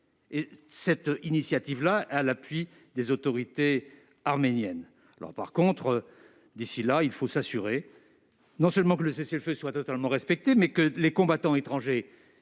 Cette initiative reçoit l'appui des autorités arméniennes. D'ici là, il faut s'assurer non seulement que le cessez-le-feu soit totalement respecté, mais aussi que les combattants étrangers